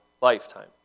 lifetime